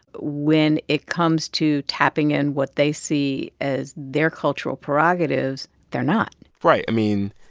when it comes to tapping in what they see as their cultural prerogatives, they're not right. i mean,